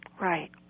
Right